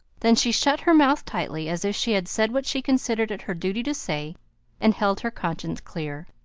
then she shut her mouth tightly, as if she had said what she considered it her duty to say and held her conscience clear.